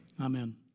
Amen